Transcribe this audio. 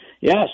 Yes